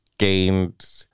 gained